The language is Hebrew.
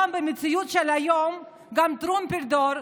במציאות של היום גם טרומפלדור,